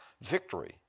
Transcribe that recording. victory